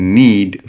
need